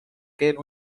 keel